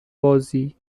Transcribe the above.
بازی